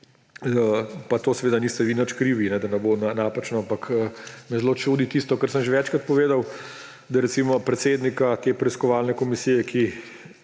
pa to seveda niste vi nič krivi, da ne bo napačno razumljeno, ampak me zelo čudi tisto, kar sem že večkrat povedal, da recimo predsednik te preiskovalne komisije, ki